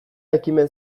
ekimen